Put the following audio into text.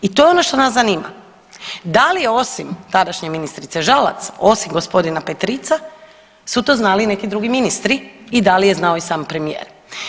I to je ono što nas zanima, da li je osim tadašnje ministrice Žalac, osim g. Petrica su to znali i neki drugi ministri i da li je znao i sam premijer.